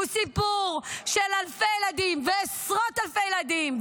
הוא סיפור של אלפי ילדים ועשרות אלפי ילדים,